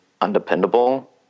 undependable